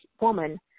woman